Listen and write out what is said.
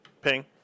Ping